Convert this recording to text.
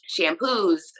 shampoos